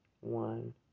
one